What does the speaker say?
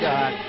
God